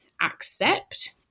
accept